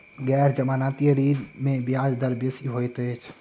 गैर जमानती ऋण में ब्याज दर बेसी होइत अछि